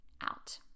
out